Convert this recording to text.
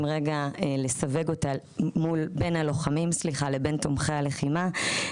לסווג אותה בין הלוחמים לבין תומכי הלחימה.